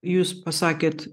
jūs pasakėt